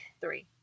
three